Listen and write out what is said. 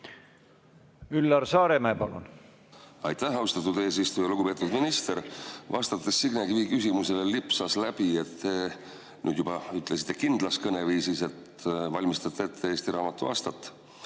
Üllar Saaremäe, palun! Aitäh, austatud eesistuja! Lugupeetud minister! Vastuses Signe Kivi küsimusele lipsas läbi – nüüd te ütlesite seda juba kindlas kõneviisis –, et te valmistate ette eesti raamatu aastat.